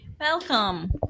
welcome